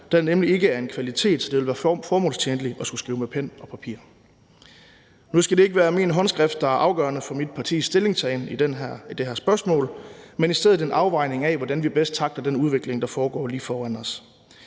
er nemlig ikke af en kvalitet, så det ville være formålstjenligt at skulle skrive med pen og papir. Nu skal det ikke være min håndskrift, der er afgørende for mit partis stillingtagen i det her spørgsmål; det skal i stedet være en afvejning af, hvordan vi bedst tackler den udvikling, der foregår lige foran os.